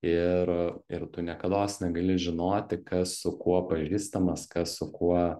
ir ir tu niekados negali žinoti kas su kuo pažįstamas kas su kuo